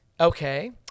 Okay